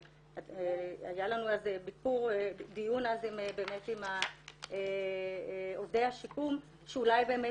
היה לנו דיון אז באמת עם עובדי השיקום שאולי באמת